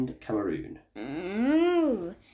Cameroon